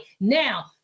now